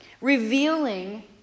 revealing